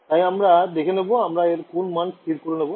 তাই আমরা দেখে নেবো আমরা এর কোণ মাণ স্থির করে নেব